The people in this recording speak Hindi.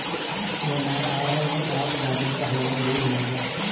मेहमान आ रहे है, आज गाजर का हलवा जरूर बनेगा